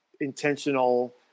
intentional